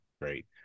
Great